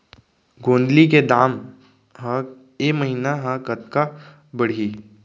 गोंदली के दाम ह ऐ महीना ह कतका बढ़ही?